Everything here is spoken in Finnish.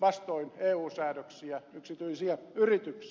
vastoin eu säädöksiä yksityisiä yrityksiä